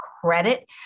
credit